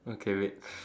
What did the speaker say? okay wait